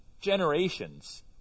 generations